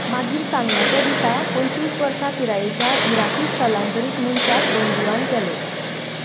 मागीर सांगल्या त्या दिसा पंचवीस वर्सां पिरायेच्या इराकी स्थलांतरीत मनशाक बंदीवान केलो